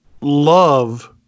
love